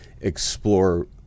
explore